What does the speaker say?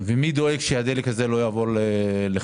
מי דואג שהדלק הזה לא יעבור לחמאס?